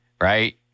right